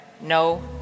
no